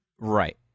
Right